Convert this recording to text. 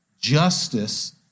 justice